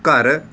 ਘਰ